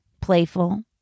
Playful